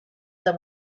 them